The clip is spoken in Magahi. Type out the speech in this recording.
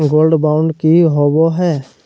गोल्ड बॉन्ड की होबो है?